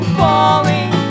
falling